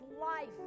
life